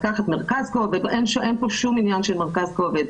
לקחת מרכז כובד, אין פה שום עניין של מרכז כובד.